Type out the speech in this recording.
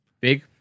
big